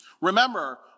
Remember